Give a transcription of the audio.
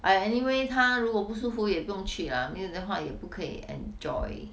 !aiya! anyway 她如果不舒服也不用去 lah 没有的话也不可以 enjoy